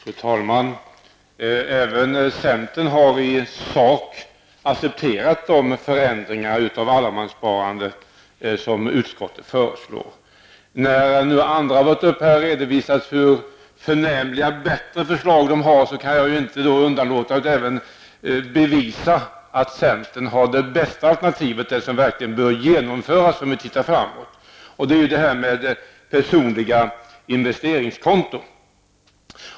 Fru talman! Även centern har i sak accepterat de förändringar i allemanssparandet som utskottet tillstyrker. När nu representanter från övriga partier här har redovisat hur förnämliga och bra förslag de har, kan jag inte underlåta att bevisa att centern har det bästa alternativet, ett alternativ som verkligen bör genomföras om man ser framåt. Det gäller detta med personliga investeringskonton.